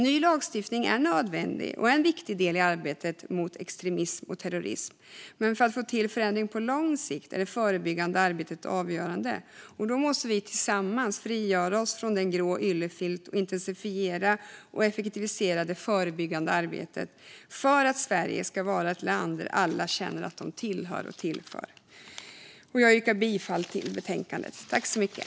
Ny lagstiftning är nödvändig och en viktig del i arbetet mot extremism och terrorism, men för att få till en förändring på lång sikt är det förebyggande arbetet avgörande. Därför måste vi tillsammans frigöra oss från den grå yllefilten och intensifiera och effektivisera det förebyggande arbetet - för att Sverige ska vara ett land där alla känner att de tillhör och tillför. Jag yrkar bifall till förslaget i betänkandet.